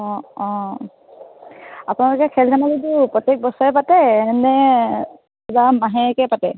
অঁ অঁ আপোনালোকে খেল ধেমালিটো প্ৰত্যেক বছৰে পাতে নে মাহেকীয়াকৈ পাতে